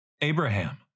Abraham